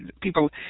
people